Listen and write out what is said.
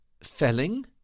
felling